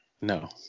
No